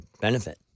benefit